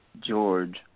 George